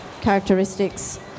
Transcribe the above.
characteristics